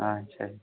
अच्छा